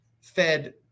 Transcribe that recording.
Fed